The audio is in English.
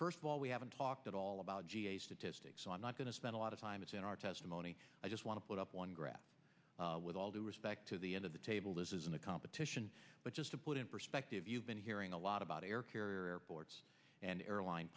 first of all we haven't talked at all about ga statistics i'm not going to spend a lot of time it's in our testimony i just want to put up one graph with all due respect to the end of the table this isn't a competition but just to put in perspective i've been hearing a lot about air carrier airports and airline